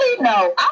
no